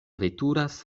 veturas